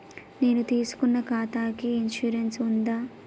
నేను తీసుకున్న ఖాతాకి ఇన్సూరెన్స్ ఉందా?